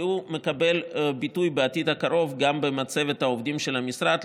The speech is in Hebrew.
והוא יקבל ביטוי בעתיד הקרוב גם במצבת העובדים של המשרד,